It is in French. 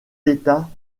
d’états